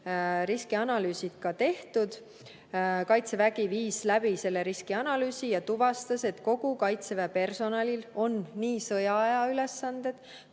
riskianalüüsid ka tehtud. Kaitsevägi viis läbi riskianalüüsi ja tuvastas, et kogu Kaitseväe personalil on nii sõjaaja ülesanded